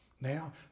Now